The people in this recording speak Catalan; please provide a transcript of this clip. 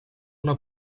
una